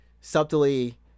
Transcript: subtly